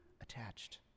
attached